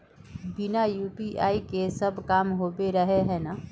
बिना यु.पी.आई के सब काम होबे रहे है ना?